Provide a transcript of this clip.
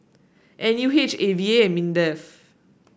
N U H A V A and Mindef